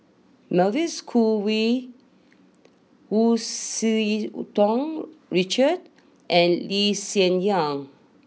Mavis Khoo Oei Hu Tsu Tau Richard and Lee Hsien Yang